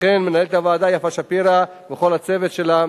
וכן למנהלת הוועדה יפה שפירא ולכל הצוות שלה.